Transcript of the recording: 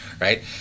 right